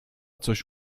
coś